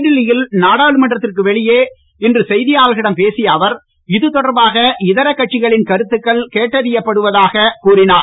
புதுடில்லியில் நாடாளுமன்றத்துக்கு வெளியே இன்று செய்தியாளர்களிடம் பேசிய அவர் இது தொடர்பாக இதர கட்சிகளின் கருத்துக்கள் கேட்டறியப் படுவதாகக் கூறினார்